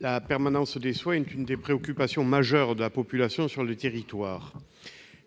La permanence des soins est l'une des préoccupations majeures de la population dans les territoires.